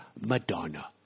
Madonna